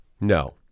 No